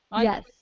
Yes